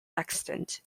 extant